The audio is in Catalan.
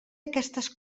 aquestes